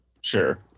Sure